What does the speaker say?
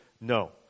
no